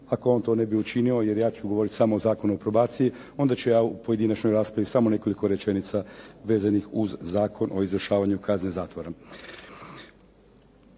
Kako on to ne bi učinio jer ja ću govoriti samo o Zakonu o probaciji onda ću ja u pojedinačnoj raspravi samo nekoliko rečenica vezanih uz Zakon o izvršavanju kazne zatvora.